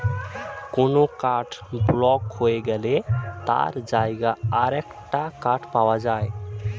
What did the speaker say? কোনো card block হয়ে গেলে তার জায়গায় আরেকটা কার্ড পাওয়া যায়